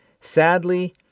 Sadly